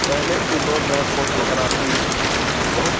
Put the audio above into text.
پہلے کے دور میں فوٹوگرافی بہت